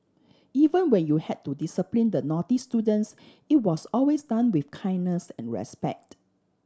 even when you had to discipline the naughty students it was always done with kindness and respect